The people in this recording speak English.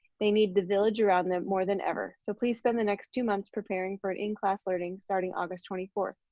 they need the village around them more than ever. so please spend the next two months preparing for an in-class learning starting august twenty fourth.